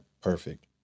perfect